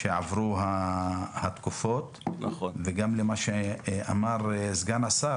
אז עברו התקופות; וגם למה שאמר סגן השר